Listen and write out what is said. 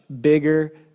bigger